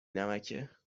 نمکه